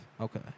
Okay